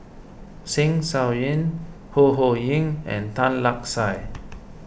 Zeng Shouyin Ho Ho Ying and Tan Lark Sye